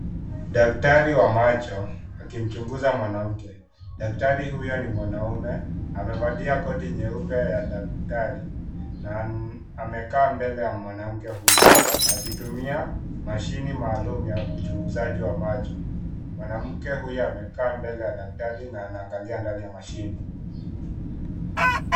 Daktari wa macho akimchunguza mwanamke . Daktari huyo ni mwanaume amevalia koti nyeupe ya daktari na amekaa mbele ya mwanamke huyo akitumia mashine maalum ya kuchunguzaji wa macho. Mwanamke huyo amekaa mbele ya daktari na anaangalia ndani ya mashine.